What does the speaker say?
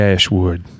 Ashwood